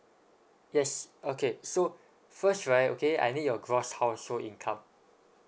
yes okay so first right okay I need your gross household income